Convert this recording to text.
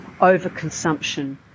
overconsumption